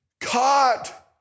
caught